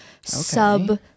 sub